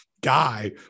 guy